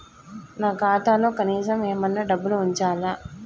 నా ఖాతాలో కనీసం ఏమన్నా డబ్బులు ఉంచాలా?